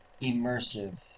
immersive